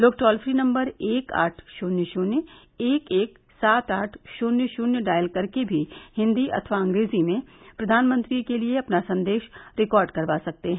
लोग toll free number एक आठ शून्य शून्य एक एक सात आठ शून्य शून्य डायल करके भी हिन्दी अथवा अंग्रेजी में प्रधानमंत्री के लिए अपना संदेश रिकार्ड करवा सकते हैं